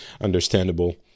understandable